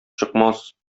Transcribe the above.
чыкмас